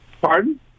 Pardon